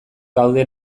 gaude